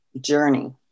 journey